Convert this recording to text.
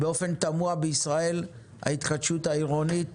באופן תמוה, ההתחדשות העירונית